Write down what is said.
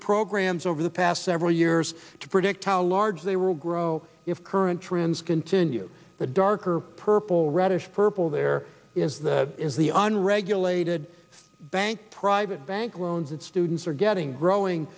programs over the past several years to predict how large they will grow if current trends continue the darker purple reddish purple there is that is the on regulated bank private bank loans that students are getting growing